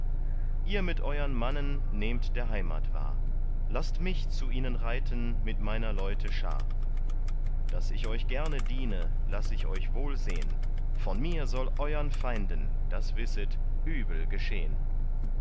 ihr mit euern mannen nehmt der heimat wahr laßt mich zu ihnen reiten mit meiner leute schar daß ich euch gerne diene lass ich euch wohl sehn von mir soll euern feinden das wisset übel geschehn